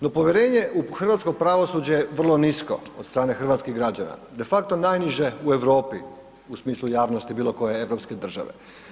No, povjerenje u hrvatsko pravosuđe je vrlo nisko od strane hrvatskih građana de facto najniže u Europi u smislu javnosti bilo koje europske države.